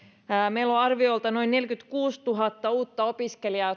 meillä on arviolta noin neljäkymmentäkuusituhatta uutta opiskelijaa